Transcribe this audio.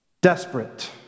desperate